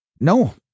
No